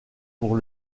pour